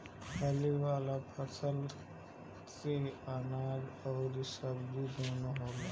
फली वाला फसल से अनाज अउरी सब्जी दूनो होला